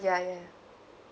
ya ya ya